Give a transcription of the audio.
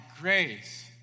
grace